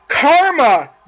Karma